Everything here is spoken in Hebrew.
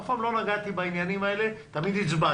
אף פעם לא נגעתי בעניינים האלה, אבל תמיד הצבעתי.